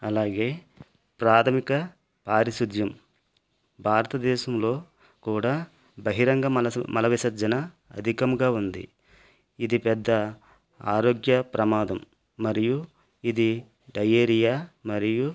అలాగే ప్రాథమిక పారిశుధ్యం భారతదేశంలో కూడా బహిరంగ మల విస మల విసర్జన అధికముగా ఉంది ఇది పెద్ద ఆరోగ్య ప్రమాదం మరియు ఇది డయేరియా మరియు